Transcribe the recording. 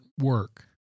work